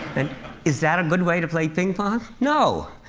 and is that a good way to play ping-pong? no.